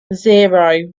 zero